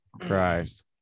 Christ